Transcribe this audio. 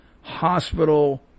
hospital